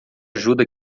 ajuda